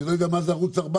אני לא יודע מה זה ערוץ 14,